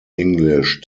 english